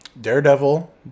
Daredevil